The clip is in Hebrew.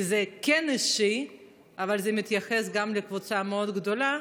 כי זה כן אישי אבל זה מתייחס גם לקבוצה מאוד גדולה.